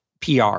PR